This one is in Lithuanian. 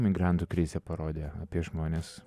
migrantų krizė parodė apie žmones